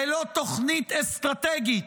ללא תוכנית אסטרטגית?